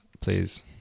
please